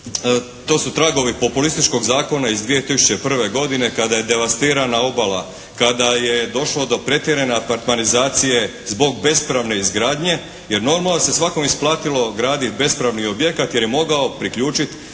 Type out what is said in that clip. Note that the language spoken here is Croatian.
to su tragovi populističkog zakona iz 2001. godine kada je devastirana obala, kada je došlo do pretjerane apartmanizacije zbog bespravne izgradnje, jer normalno da se svakom isplatilo graditi bespravni objekat jer je mogao priključiti